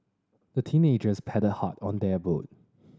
the teenagers paddled hard on their boat